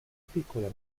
piccola